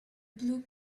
blue